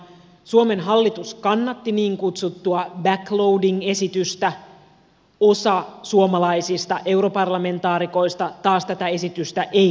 suomen hallitus kannatti niin kutsuttua backloading esitystä osa suomalaisista europarlamentaarikoista taas tätä esitystä ei kannattanut